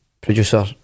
producer